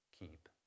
keep